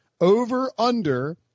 over-under